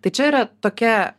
tai čia yra tokia